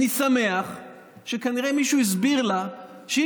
אני שמח שכנראה מישהו הסביר לה שהיא